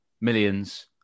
millions